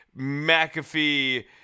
McAfee